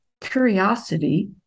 curiosity